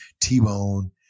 T-Bone